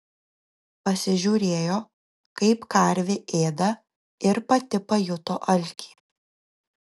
pasižiūrėjo kaip karvė ėda ir pati pajuto alkį